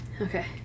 Okay